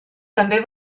també